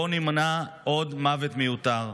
בואו נמנע עוד מוות מיותר.